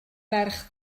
ferch